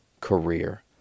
career